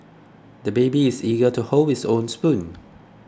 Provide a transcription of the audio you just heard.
the baby is eager to hold his own spoon